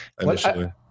Initially